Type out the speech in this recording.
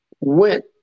went